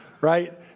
right